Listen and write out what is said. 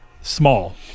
small